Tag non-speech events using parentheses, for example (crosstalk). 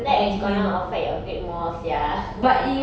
that is going to affect your grade more sia (laughs)